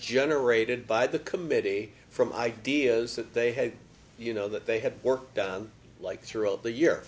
generated by the committee from ideas that they had you know that they had worked on like throughout the